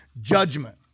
judgment